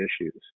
issues